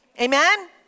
Amen